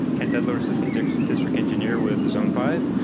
ken tedler, assistant district engineer with zone five.